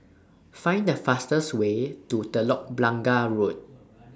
Find The fastest Way to Telok Blangah Road